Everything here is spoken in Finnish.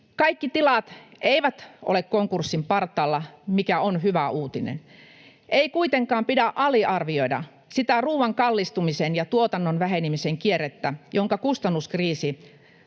Kaikki tilat eivät ole konkurssin partaalla, mikä on hyvä uutinen. Ei kuitenkaan pidä aliarvioida sitä ruuan kallistumisen ja tuotannon vähenemisen kierrettä, jonka kustannuskriisi